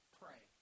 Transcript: pray